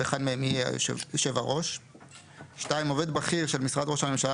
ואחד מהם יהיה יושב הראש; (2) עובד בכיר של משרד ראש הממשלה